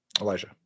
Elijah